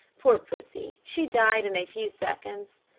poor pussy she died in a few seconds.